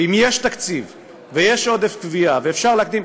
ואם יש תקציב ויש עודף תביעה ואפשר להקדים,